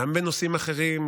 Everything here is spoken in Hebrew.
גם בנושאים אחרים,